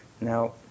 Now